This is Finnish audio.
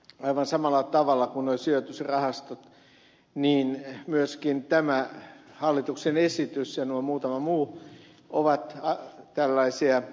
aivan samalla tavalla kuin sijoitusrahastolaki niin myöskin tämä hallituksen esitys ja nuo muutama muu ovat tällaisia ongelmaesityksiä